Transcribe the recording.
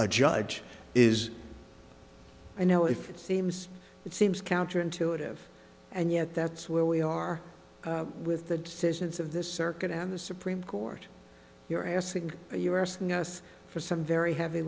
a judge is i know if it seems it seems counter intuitive and yet that's where we are with the decisions of this circuit and the supreme court you're asking us than us for some very heavy